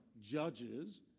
Judges